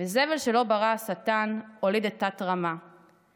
וזבל שלא ברא השטן / הוליד את תת-רמה /